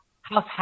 house